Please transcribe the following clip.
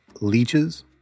leeches